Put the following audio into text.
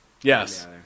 Yes